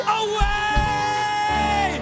away